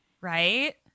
Right